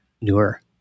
Newer